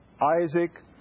Isaac